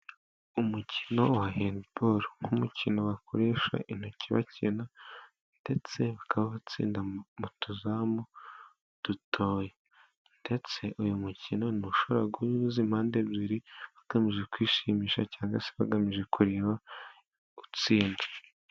Umukino wa hendiboro nk'umukino bakoresha intoki bakina, ndetse bakawutsinda mutuzamu dutoya. Ndetse uyu mukino ntushobora guhuza impande ebyiri, bagamije kwishimisha cyangwa se bagamije kureba utsinda.